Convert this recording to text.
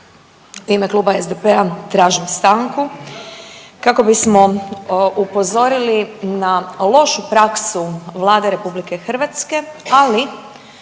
ime Kluba SDP-a tražim stanku kako bismo upozorili na lošu praksu Vlade RH, ali